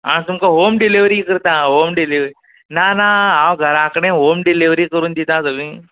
हांव तुमकां home delivery करता होम डिलिव ना ना हांव घरा कडेन डिलिवरी करून दिता सगळीं